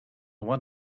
want